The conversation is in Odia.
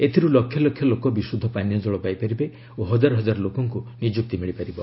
ଏଥିରୁ ଲକ୍ଷଲକ୍ଷ ଲୋକ ବିଶୁଦ୍ଧ ପାନୀୟ ଜଳ ପାଇପାରିବେ ଓ ହଜାର ହଜାର ଲୋକଙ୍କୁ ନିଯୁକ୍ତି ମିଳିପାରିବ